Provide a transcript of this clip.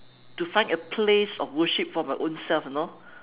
to find a place of worship for my own self you know